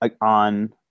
on